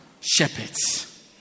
shepherds